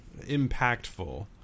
impactful